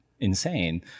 insane